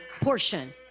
portion